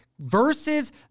versus